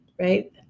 Right